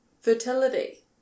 fertility